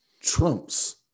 trumps